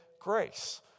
grace